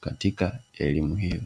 katika elimu hiyo.